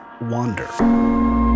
Wander